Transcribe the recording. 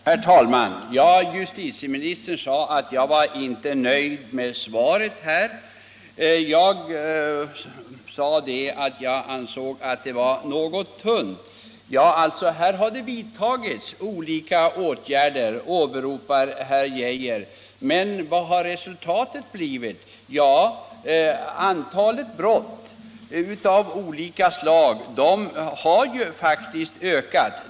Herr talman! Justitieministern menade att jag inte var nöjd med svaret. Jag sade att jag ansåg att det var något tunt. Statsrådet Geijer åberopar att det har vidtagits olika åtgärder, men vad har resultatet blivit? Jo, antalet brott av olika slag har faktiskt ökat.